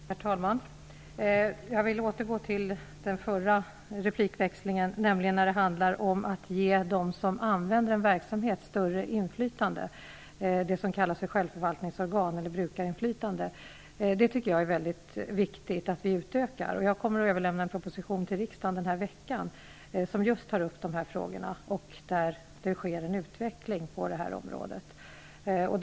Herr talman! Jag vill återgå till det Ulrica Messing talade om tidigare, nämligen vad det betyder att ge dem som använder sig av en verksamhet större inflytande, det som kallas självförvaltningsorgan eller brukarinflytande. Jag menar att det är viktigt att vi utökar detta, och jag kommer den här veckan att till riksdagen överlämna en proposition som just tar upp de här frågorna och i vilken föreslås en utveckling på området.